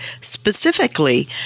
specifically